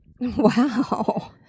Wow